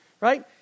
right